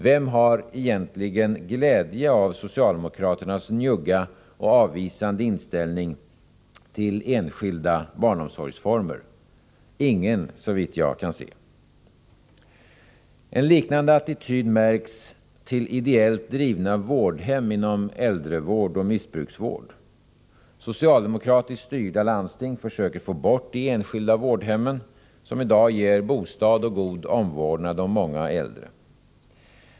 Vem har egentligen glädje av socialdemokraternas njugga och avvisande inställning till enskilda barnomsorgsformer? Ingen, såvitt jag kan se. En liknande attityd märks beträffande ideellt drivna vårdhem inom äldrevård och missbruksvård. Socialdemokratiskt styrda landsting försöker få bort de enskilda vårdhemmen, som i dag ger bostad åt och god omvårdnad om många äldre.